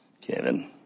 Kevin